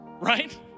right